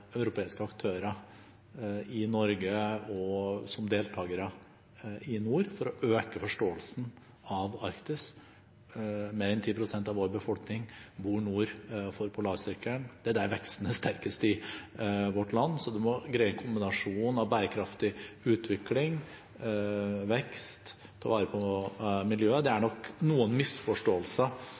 europeiske aktører i Norge og som deltakere i nord, for å øke forståelsen av Arktis. Mer enn 10 pst. av vår befolkning bor nord for polarsirkelen. Det er der veksten er sterkest i vårt land. En må greie kombinasjonen av bærekraftig utvikling, vekst og å ta vare på miljøet. Det er nok noen misforståelser